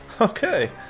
Okay